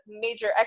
major